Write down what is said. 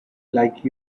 like